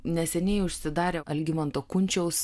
neseniai užsidarė algimanto kunčiaus